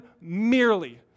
merely